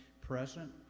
present